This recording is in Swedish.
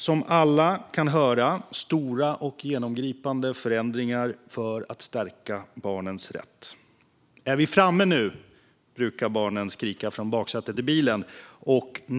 Som alla kan höra är detta stora och genomgripande förändringar för att stärka barnens rätt. Är vi framme nu? brukar barnen skrika från baksätet i bilen.